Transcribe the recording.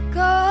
go